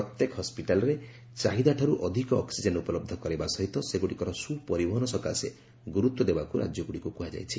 ପ୍ରତ୍ୟେକ ହସିଟାଲ୍ରେ ଚାହିଦାଠାରୁ ଅଧିକ ଅକ୍ୱିଜେନ୍ ଉପଲହ୍ଧ କରାଇବା ସହିତ ସେଗୁଡ଼ିର ସୁପରିବହନ ସକାଶେ ଗୁରୁତ୍ୱ ଦେବାକୁ ରାଜ୍ୟଗୁଡ଼ିକୁ କୁହାଯାଇଛି